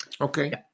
Okay